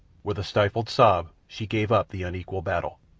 with a stifled sob she gave up the unequal battle.